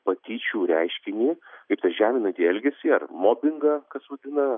patyčių reiškinį kaip tą žeminantį elgesį ar mobingą kas vadina